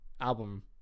album